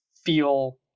feel